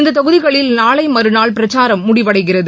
இந்ததொகுதிகளில் நாளைமறுநாள் பிரச்சாரம் முடிவடைகிறது